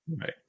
Right